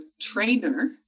trainer